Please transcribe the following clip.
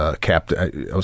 Captain